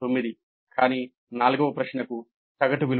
9 కానీ నాల్గవ ప్రశ్నకు సగటు విలువ 2